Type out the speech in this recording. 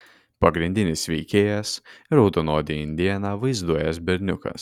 pagrindinis veikėjas raudonodį indėną vaizduojąs berniukas